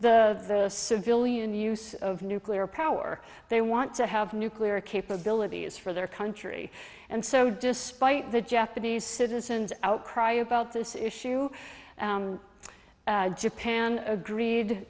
the civilian use of nuclear power they want to have nuclear capabilities for their country and so despite the japanese citizens outcry about this issue japan agreed